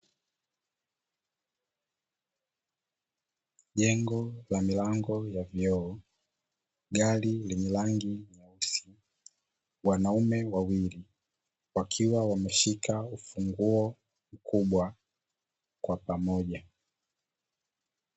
Jengo la milango ya vioo, gari yenye rangi nyeusi, wanaume wawili wakiwa wameshika ufunguo mkubwa kwa pamoja.